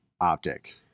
optic